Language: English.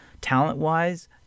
Talent-wise